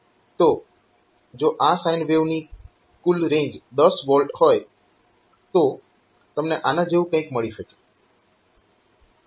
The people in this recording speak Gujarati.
તો જો આ સાઈન વેવની કુલ રેન્જ 10 V હોય તો તમને આના જેવું કંઈક મળી શકે